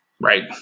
right